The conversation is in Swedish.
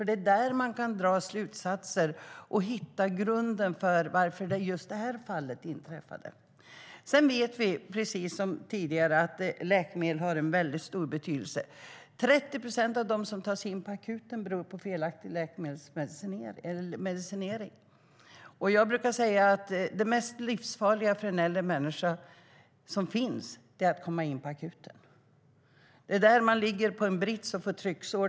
Det är där man kan dra slutsatser och hitta grunden för att just detta fall inträffade. Vi vet som tidigare att läkemedel har en väldigt stor betydelse. Av de fall som tas in på akuten beror 30 procent på felaktig medicinering. Det mest livsfarliga för en äldre människa som finns är att komma in på akuten. Det är där de ligger på en brits och får trycksår.